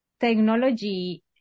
technology